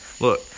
Look